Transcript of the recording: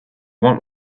want